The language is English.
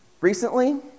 Recently